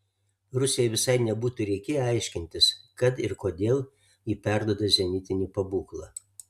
rusijai visai nebūtų reikėję aiškintis kad ir kodėl ji perduoda zenitinį pabūklą